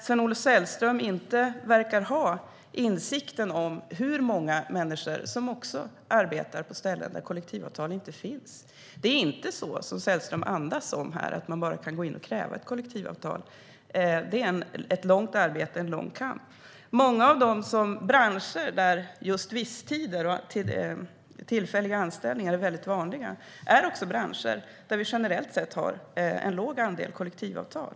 Sven-Olof Sällström verkar inte ha insikt om hur många människor som arbetar på ställen där kollektivavtal inte finns. Det är inte så som Sällström andas här att man kan bara gå in och kräva ett kollektivavtal. Det är ett långt arbete och en lång kamp. Många av de branscher där just visstider och tillfälliga anställningar är vanliga är också branscher där det generellt sett finns en låg andel kollektivavtal.